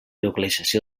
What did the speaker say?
localització